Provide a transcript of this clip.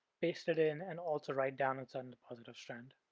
paste it in, and also write down it's on the positive strand.